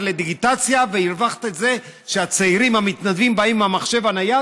לדיגיטציה וגם הרווחת שהצעירים המתנדבים באים עם המחשב הנייד